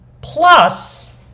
plus